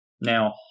Now